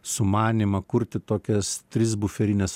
sumanymą kurti tokias tris buferines